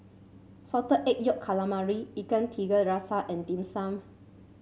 Salted Egg Yolk Calamari Ikan Tiga Rasa and Dim Sum